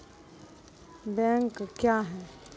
Bank क्या हैं?